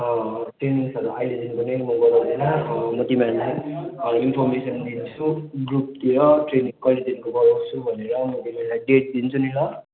ट्रेनिङ्सहरू अहिलेदेखिको नै म गराउदिनँ म म तिमीहरूलाई इन्फर्मेसन दिन्छु ग्रुपतिर ट्रेनिङ कहिलेदेखिको गराउँछु भनेर म तिमीलाई डेट दिन्छु नि ल